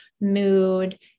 mood